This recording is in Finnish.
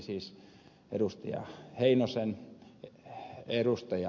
heinosen lisäksi näen ed